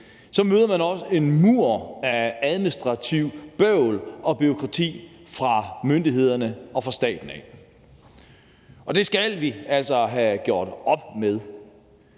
man møder også en mur af administrativt bøvl og bureaukrati fra myndighedernes og fra statens side. Det skal vi altså have gjort op med,